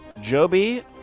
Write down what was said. Joby